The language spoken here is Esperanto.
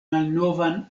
malnovan